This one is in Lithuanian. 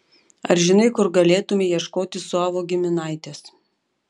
ar žinai kur galėtumei ieškoti savo giminaitės